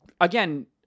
again